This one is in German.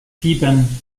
sieben